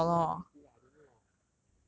fail one or two lah one or two lah don't know ah